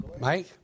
Mike